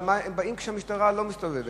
והם באים כשהמשטרה לא מסתובבת.